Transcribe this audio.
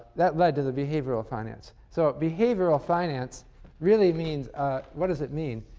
that led to the behavioral finance. so behavioral finance really means what does it mean?